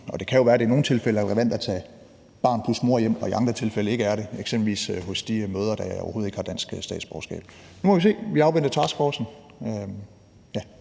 det kan jo være, at det i nogle tilfælde er relevant at tage barn plus mor hjem, og at det i andre ikke er det, eksempelvis for de mødre, der overhovedet ikke har dansk statsborgerskab. Nu må vi se. Vi afventer taskforcen.